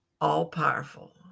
all-powerful